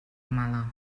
mala